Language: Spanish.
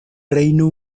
reino